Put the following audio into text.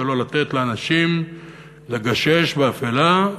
ולא לתת לאנשים לגשש באפלה,